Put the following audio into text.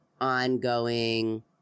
ongoing